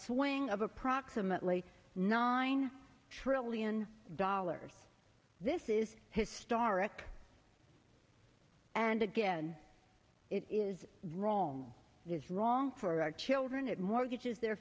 swing of approximately nine trillion dollars this is historic and again it is wrong it is wrong for our children it mortgages their